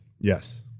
Yes